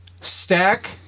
Stack